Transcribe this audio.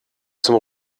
zum